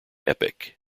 epic